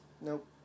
Nope